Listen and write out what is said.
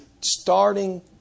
starting